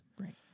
Right